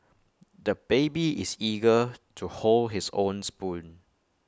the baby is eager to hold his own spoon